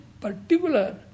particular